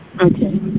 Okay